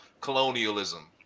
colonialism